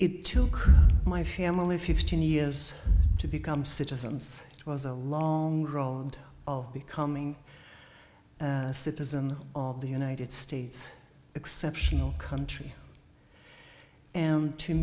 it took my family fifteen years to become citizens it was a long road of becoming a citizen of the united states exceptional country